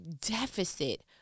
deficit